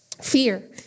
Fear